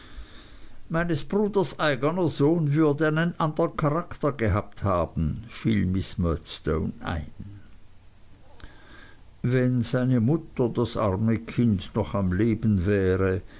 eigner sohn würde einen andern charakter gehabt haben fiel miß murdstone ein wenn seine mutter das arme kind noch am leben wäre